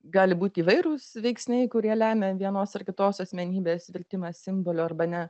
gali būt įvairūs veiksniai kurie lemia vienos ar kitos asmenybės virtimą simboliu arba ne